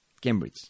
Cambridge